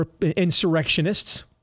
Insurrectionists